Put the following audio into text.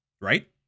Right